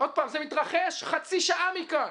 זה מתרחש חצי שעה מכאן.